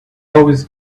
always